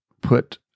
put